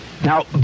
Now